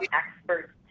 experts